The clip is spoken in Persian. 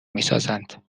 میسازند